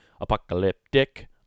Apocalyptic